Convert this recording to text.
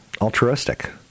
altruistic